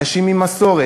אנשים עם מסורת,